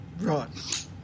Right